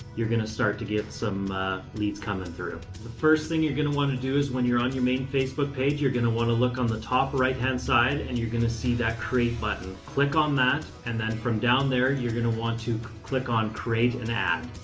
you're going to start to get some leads coming through. the first thing you're going to want to do is when you're on your main facebook page, you're going to want to look on the top right-hand side, and you're going to see that create button. click on that, and then from down there you're going to want to click on create an ad.